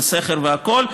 וסכר והכול,